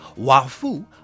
Wafu